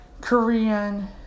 Korean